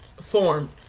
form